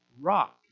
rock